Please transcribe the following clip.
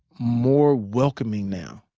more welcoming now.